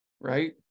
right